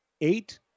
eight